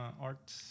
art